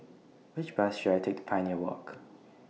Which Bus should I Take Pioneer Walk